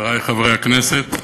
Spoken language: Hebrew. חברי חברי הכנסת,